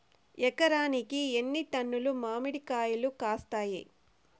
ఎకరాకి ఎన్ని టన్నులు మామిడి కాయలు కాస్తాయి?